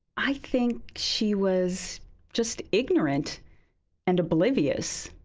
i think she was just ignorant and oblivious.